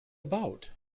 about